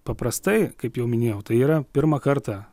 paprastai kaip jau minėjau tai yra pirmą kartą